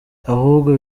ahubwo